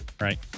Right